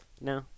No